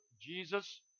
Jesus